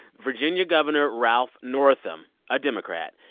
virginia governor ralph northam, a democrat,